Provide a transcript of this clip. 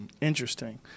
interesting